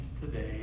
today